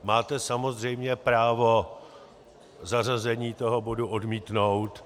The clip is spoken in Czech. Máte samozřejmě právo zařazení toho bodu odmítnout